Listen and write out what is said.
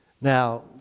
Now